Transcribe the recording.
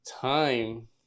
time